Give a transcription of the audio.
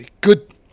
good